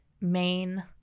main